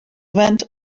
went